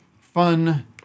fun